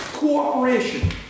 Cooperation